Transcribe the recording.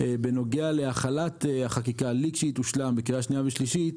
בנוגע להחלת החקיקה כשהיא תושלם בקריאה שנייה ושלישית,